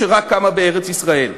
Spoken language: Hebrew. שרק קמה במדינת ישראל.